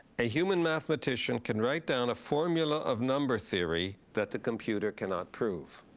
a human mathematician can write down a formula of number theory that the computer cannot prove.